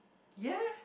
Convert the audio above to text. ya